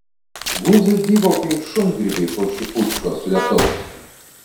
guzai dygo kaip šungrybiai po šipučkos lietaus